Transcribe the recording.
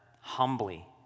humbly